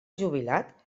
jubilat